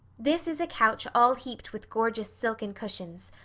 this is a couch all heaped with gorgeous silken cushions,